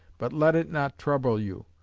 but let it not trouble you,